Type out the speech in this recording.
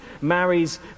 marries